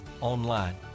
online